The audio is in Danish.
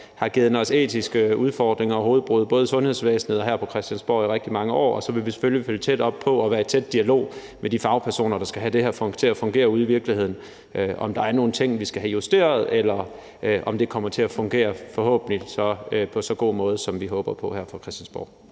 har givet etiske udfordringer og hovedbrud, både i sundhedsvæsenet og her på Christiansborg, i rigtig mange år. Og så vil vi selvfølgelig følge tæt op på og være i tæt dialog med de fagpersoner, der skal have det her til at fungere ude i virkeligheden og se på, om der er nogle ting, vi skal have justeret, eller om det kommer til at fungere på en så god måde, som vi håber på her på Christiansborg.